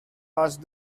asked